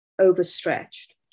overstretched